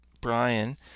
Brian